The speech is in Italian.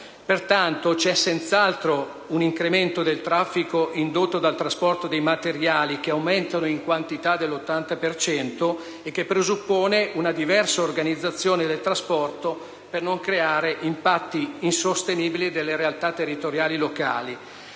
Pertanto, c'è senz'altro un incremento del traffico indotto dal trasporto dei materiali, che aumenta dell'80 per cento e presuppone una diversa organizzazione del trasporto, per non creare impatti insostenibili dalle realtà territoriali locali.